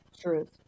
Truth